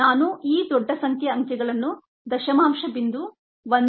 ನಾನು ಈ ದೊಡ್ಡ ಸಂಖ್ಯೆಯ ಅಂಕೆಗಳನ್ನು ದಶಮಾಂಶ ಬಿಂದು 1